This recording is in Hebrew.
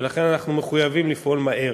ולכן אנחנו מחויבים לפעול מהר.